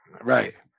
Right